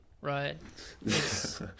right